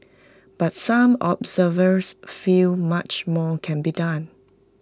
but some observers feel much more can be done